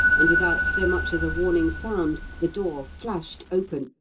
and without so much as a warning sound, the door flashed open,